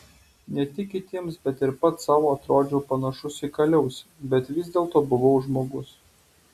ne tik kitiems bet ir pats sau atrodžiau panašus į kaliausę bet vis dėlto buvau žmogus